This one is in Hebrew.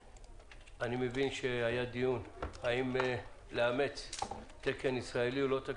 אני מבין שהיה דיון האם לאמץ תקן ישראל או לא.